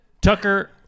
Tucker